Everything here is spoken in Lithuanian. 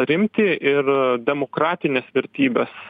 rimtį ir demokratines vertybes